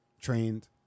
trained